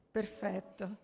perfetto